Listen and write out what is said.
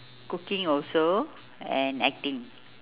cooking also and acting